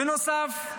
בנוסף,